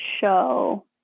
show